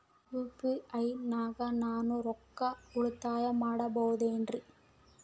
UPI ನಾಗ ನಾನು ರೊಕ್ಕ ಉಳಿತಾಯ ಮಾಡಬಹುದೇನ್ರಿ?